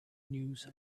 news